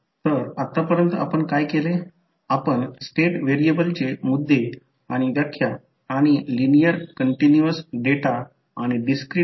तरi1 i2 डॉटमध्ये प्रवेश करत आहेत i2 देखील डॉटमध्ये प्रवेश करत आहे याचा अर्थ डॉट कन्व्हेन्शनसाठी या प्रकारे केले जाईल तर समीकरण लिहिताना चिन्ह येईल आणि हे म्युच्युअल इंडक्टन्स M आहे